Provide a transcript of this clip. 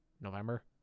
November